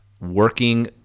working